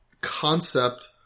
concept